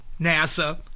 NASA